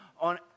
on